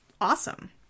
Awesome